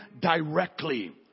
directly